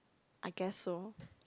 I guess so